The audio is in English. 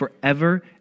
forever